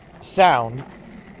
sound